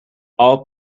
all